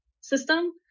system